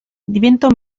diventò